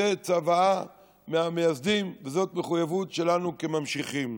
זו צוואה מהמייסדים וזו מחויבות שלנו כממשיכים.